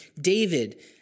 David